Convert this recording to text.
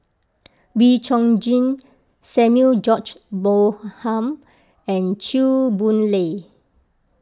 Wee Chong Jin Samuel George Bonham and Chew Boon Lay